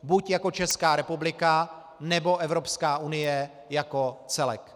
Buď jako Česká republika, nebo Evropská unie jako celek.